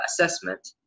assessment